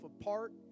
apart